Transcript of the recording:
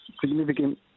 significant